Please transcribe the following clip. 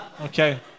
Okay